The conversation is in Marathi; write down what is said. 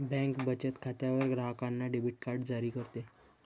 बँक बचत खात्यावर ग्राहकांना डेबिट कार्ड जारी करते